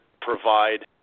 provide